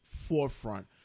forefront